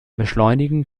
beschleunigen